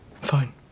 Fine